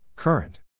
Current